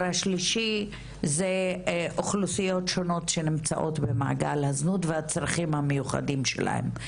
השלישי זה אוכלוסיות שונות שנמצאות במעגל הזנות והצרכים המיוחדים שלהם.